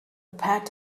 pat